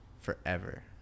forever